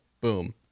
boom